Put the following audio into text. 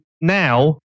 now